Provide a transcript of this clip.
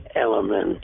element